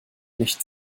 nicht